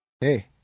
hey